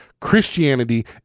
Christianity